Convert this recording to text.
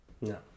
No